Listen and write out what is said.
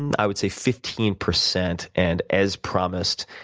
and i would say, fifteen percent, and, as promised,